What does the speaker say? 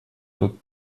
тот